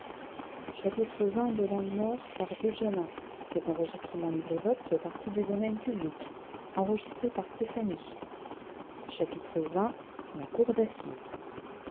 xx la cour d'assises